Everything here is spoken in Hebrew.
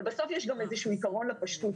אבל בסוף יש גם איזשהו עיקרון לפשטות.